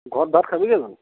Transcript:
ঘৰত ভাত খাবিগৈ জানোঁ